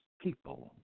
people